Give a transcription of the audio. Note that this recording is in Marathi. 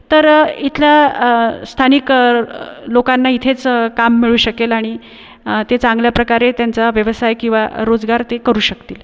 तर इथलं स्थानिक लोकांना इथेच काम मिळू शकेल आणि ते चांगल्या प्रकारे त्यांचा व्यवसाय किंवा रोजगार ते करू शकतील